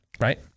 Right